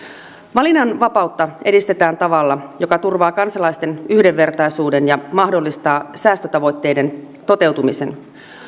valinnanvapautta edistetään tavalla joka turvaa kansalaisten yhdenvertaisuuden ja mahdollistaa säästötavoitteiden toteutumisen